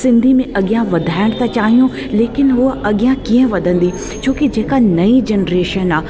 सिंधी में अॻियां वधाइण था चाहियूं लेकिन उहे अॻियां कीअं वधंदी छोकी जेका नईं जनरेशन आहे